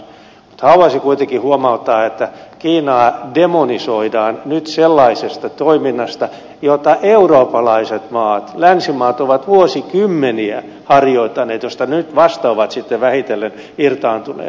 mutta haluaisin kuitenkin huomauttaa että kiinaa demonisoidaan nyt sellaisesta toiminnasta jota eurooppalaiset maat länsimaat ovat vuosikymmeniä harjoittaneet ja josta nyt vasta ovat sitten vähitellen irtaantuneet